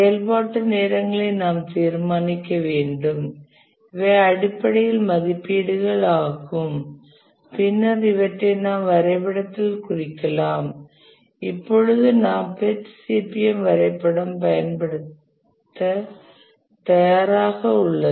செயல்பாட்டு நேரங்களை நாம் தீர்மானிக்க வேண்டும் இவை அடிப்படையில் மதிப்பீடுகள் ஆகும் பின்னர் இவற்றை நாம் வரைபடத்தில் குறிக்கலாம் இப்பொழுது நம்மிடம் PERT CPM வரைபடம் பயன்படுத்த தயாராக உள்ளது